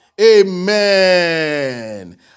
Amen